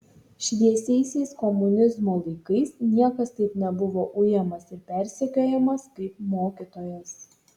šviesiaisiais komunizmo laikais niekas taip nebuvo ujamas ir persekiojamas kaip mokytojas